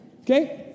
Okay